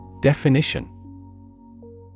Definition